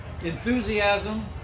enthusiasm